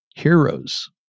Heroes